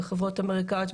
בחברות אמריקאיות,